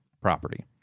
property